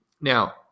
now